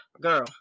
girl